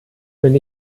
bin